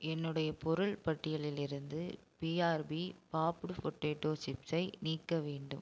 என்னுடைய பொருள் பட்டியலிலிருந்து பிஆர்பி பாப்டு பொட்டேட்டோ சிப்ஸை நீக்க வேண்டும்